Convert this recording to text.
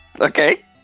Okay